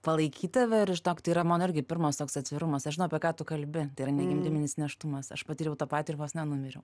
palaikyt tave ir žinok tai yra mano irgi pirmas toks atvirumas aš žinau apie ką tu kalbi tai yra negimdinimis nėštumas aš patyriau tą patį ir vos nenumiriau